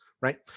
right